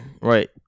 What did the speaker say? right